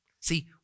See